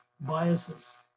biases